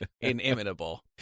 inimitable